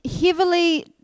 heavily